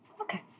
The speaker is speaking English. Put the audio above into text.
Okay